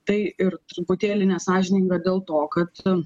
tai ir truputėlį nesąžininga dėl to kad